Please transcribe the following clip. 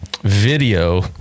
video